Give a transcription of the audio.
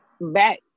Back